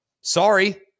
sorry